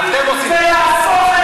אתם עושים את זה.